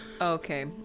Okay